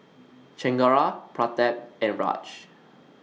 Chengara Pratap and Raj